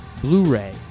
Blu-ray